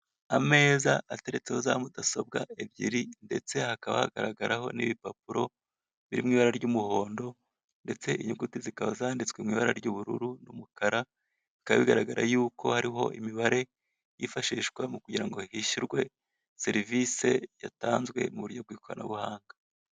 Ameza ateretseho za mudasobwa ebyiri ndetse hakaba hagaragaraho n'ibipapuro biri mu ibara ry'umuhondo ndetse inyuguti zikaba yanditse mu ibara ry'ubururu n'umukara, bikaba bigaragara yuko hariho imibare yifashishwa mu kugira ngo hishyurwe serivise yatanzwe mu buryo bw'ikoranabuhanga.